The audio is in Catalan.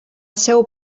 seu